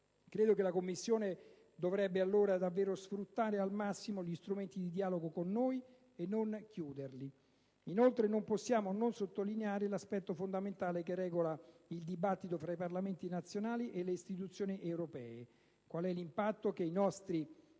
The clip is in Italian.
Credo che la Commissione dovrebbe allora davvero sfruttare al massimo gli strumenti di dialogo con noi, e non chiuderli. Inoltre non possiamo non sottolineare l'altro aspetto fondamentale che regola il dibattito fra i Parlamenti nazionali e le istituzioni europee: qual'è l'impatto che i nostri